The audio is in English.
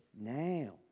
Now